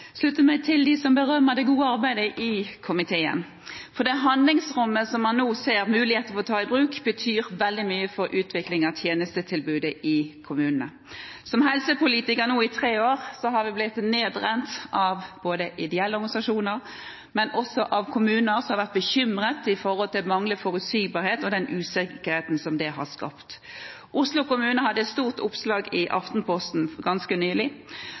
slutte meg til dem som berømmer det gode arbeidet i komiteen, for det handlingsrommet man nå ser muligheten for å ta i bruk, betyr veldig mye for utviklingen av tjenestetilbudet i kommunene. Som helsepolitiker i tre år har vi blitt nedrent av både ideelle organisasjoner og kommuner som har vært bekymret for den manglende forutsigbarheten og den usikkerheten som det har skapt. Oslo kommune hadde et stort oppslag i Aftenposten ganske nylig.